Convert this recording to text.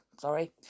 sorry